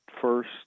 first